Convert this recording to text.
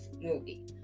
movie